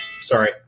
sorry